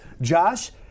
Josh